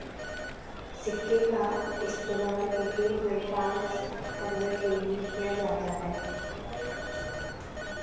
सिक्के का इस्तेमाल क्रिकेट में टॉस करने के लिए किया जाता हैं